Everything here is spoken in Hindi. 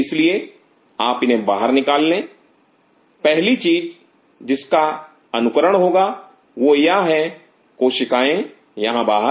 इसलिए आप इन्हें बाहर निकाल ले पहली चीज जिसका अनुकरण होगा वह यह है कोशिकाएं यहां बाहर